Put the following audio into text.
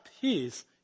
peace